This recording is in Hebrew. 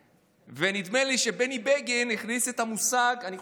נדמה לי שבני בגין הכניס את המושג החשוב